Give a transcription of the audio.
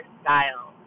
style